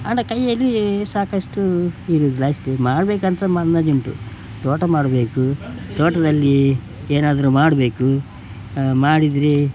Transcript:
and ಕೈಯ್ಯಲ್ಲಿ ಸಾಕಷ್ಟುಇರುವುದಿಲ್ಲ ಅಷ್ಟೇ ಮಾಡಬೇಕಂತ ಮ್ ಅಂದಾಜುಂಟು ತೋಟ ಮಾಡಬೇಕು ತೋಟದಲ್ಲಿ ಏನಾದರೂ ಮಾಡಬೇಕು ಮಾಡಿದರೆ